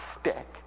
stick